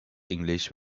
english